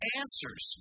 answers